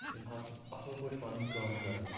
یِم حظ چھِ اَصٕل پٲٹھۍ پَنٕنۍ کٲم کَران